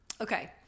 Okay